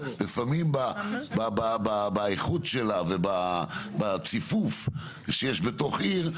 לפעמים באיכות שלה ובציפוף שיש בתוך עיר,